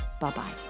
Bye-bye